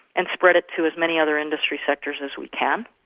and spread it to as many other industry sectors as we can.